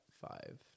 five